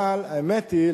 אבל האמת היא,